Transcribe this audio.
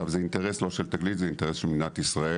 זה אינטרס לא של תגלית אלא אינטרס של מדינת ישראל.